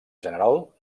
general